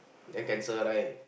then cancel right